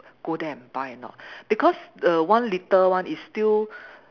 go there and buy or not because err one litre one is still